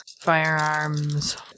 firearms